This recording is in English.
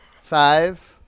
five